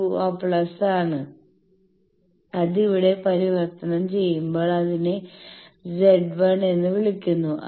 82 plus ആണ് അത് ഇവിടെ പരിവർത്തനം ചെയ്യുമ്പോൾ ഇതിനെ Z1 എന്ന് വിളിക്കുന്നു